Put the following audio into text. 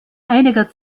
einiger